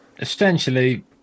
essentially